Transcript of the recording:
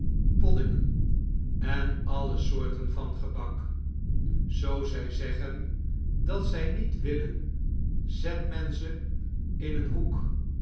poddingen en alle soorten van gebak zoo ztj zeggen dat zj niet willen zet men ze in een hoek